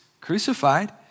crucified